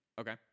okay